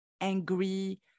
angry